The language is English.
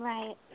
Right